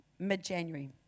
mid-January